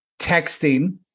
texting